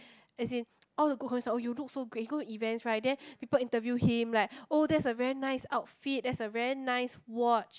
as in all the group concert oh you look so great he go to events right then people interview him like oh that's a very nice outfit that's a very nice watch